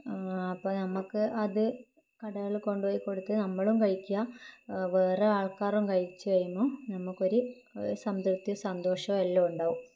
അപ്പോൾ നമ്മൾക്ക് അത് കടകളിൽ കൊണ്ടുപോയി കൊടുത്ത് നമ്മളും കഴിക്കുക വേറെ ആൾക്കാറും കഴിച്ച് കഴിയുമ്പോൾ നമ്മൾക്കൊരു ഒരു സംതൃപ്തിയും സന്തോഷവും എല്ലാം ഉണ്ടാകും